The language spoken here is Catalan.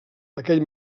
aquest